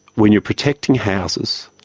when you're protecting houses,